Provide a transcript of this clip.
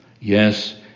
Yes